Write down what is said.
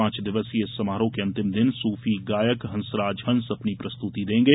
पांच दिवसीय इस समारोह के अंतिम दिन सूफी गायक हंसराज हंस अपनी प्रस्तुति देंगे